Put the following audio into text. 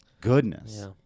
Goodness